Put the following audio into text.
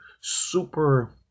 super